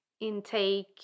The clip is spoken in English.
intake